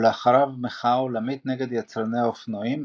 ולאחריו מחאה עולמית נגד יצרני האופנועים,